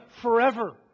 forever